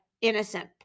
innocent